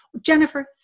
Jennifer